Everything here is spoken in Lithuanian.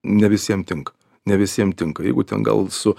ne visiem tinka ne visiem tinka jeigu ten gal su